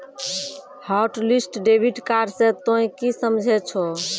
hotlist debit card से तोंय की समझे छौं